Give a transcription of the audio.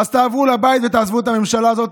אז תעברו לבית ותעזבו את הממשלה הזאת